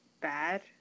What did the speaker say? bad